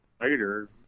later